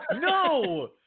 No